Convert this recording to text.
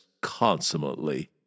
consummately